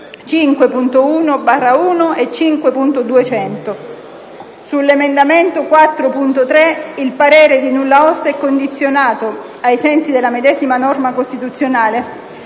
5.1, 5.1/1 e 5.200. Sull'emendamento 4.3, il parere di nulla osta è condizionato, ai sensi della medesima norma costituzionale,